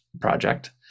project